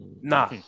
nah